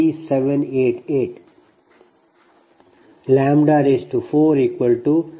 1586 0